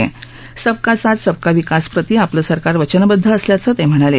सबका साथ सबका विकास प्रति आपलं सरकार वचनबद्ध असल्याचं ते म्हणाले